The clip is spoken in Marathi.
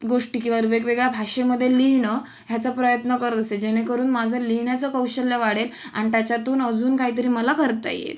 गोष्टी किंवा वेगवेगळ्या भाषेमध्ये लिहिणं ह्याचा प्रयत्न करत असते जेणेकरून माझं लिहिण्याचं कौशल्य वाढेल आणि त्याच्यातून अजून काहीतरी मला करता येईल